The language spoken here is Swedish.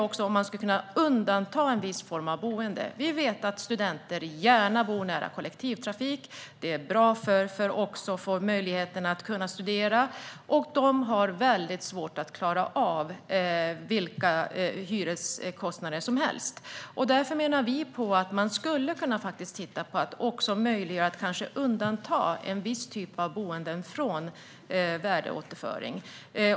Går det att undanta en viss form av boende? Vi vet att studenter gärna bor nära kollektivtrafik. Det är bra för möjligheterna att studera. De har svårt att klara av vilka hyreskostnader som helst. Därför föreslår vi att man ska titta på att undanta en viss typ av boenden från värdeåterföring.